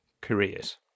careers